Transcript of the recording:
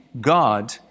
God